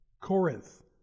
Corinth